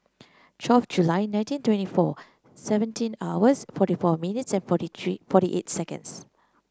twelve July nineteen twenty four seventeen hours forty four minutes and forty three forty eight seconds